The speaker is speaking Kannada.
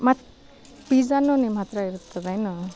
ಮತ್ತೆ ಪಿಜ್ಜಾನು ನಿಮ್ಮ ಹತ್ತಿರ ಇರ್ತದೇನು